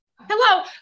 Hello